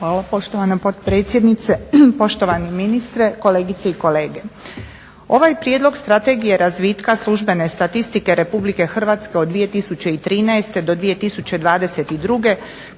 Hvala poštovana potpredsjednice. Poštovani ministre, kolegice i kolege. Ovaj prijedlog strategije razvitka službene statistike RH od 2013. do 2022.kao